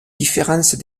différence